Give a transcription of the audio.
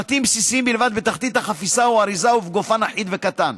פרטים בסיסיים בלבד בתחתית החפיסה או האריזה ובגופן אחיד וקטן.